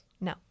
No